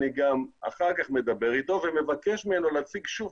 אני אחר כך מדבר אתו ומבקש ממנו להציג שוב